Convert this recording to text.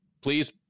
please